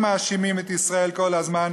שמאשימים את ישראל כל הזמן,